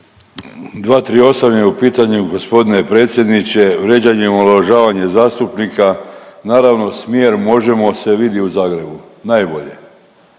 238. je u pitanju gospodine predsjedniče vrijeđanje i omalovažavanje zastupnika. Naravno smjer Možemo! se vidi u Zagrebu najbolje.